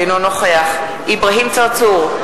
אינו נוכח אברהים צרצור,